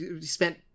spent